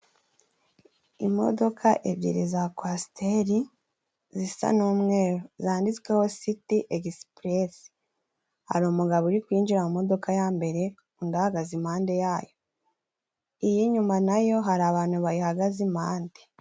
Imodoka ebyiri za kwasiteri zisa n'umweru zanditsweho siti egisipuresi, hari umugabo uri kwinjira mu modoka ya mbere undi ahahagaze impande yayo, iy'inyuma nayo hari abantu bayihagaze impande.